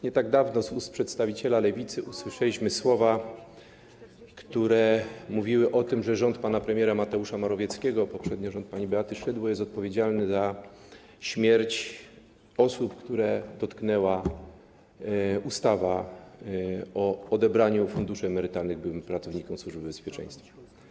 Nie tak dawno z ust przedstawiciela Lewicy usłyszeliśmy słowa, które wskazywały, że rząd pana premiera Mateusza Morawieckiego, poprzednio rząd pani Beaty Szydły, jest odpowiedzialny za śmierć osób, które dotknęła ustawa o odebraniu funduszy emerytalnych byłym pracownikom Służby Bezpieczeństwa.